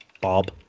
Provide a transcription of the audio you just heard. Bob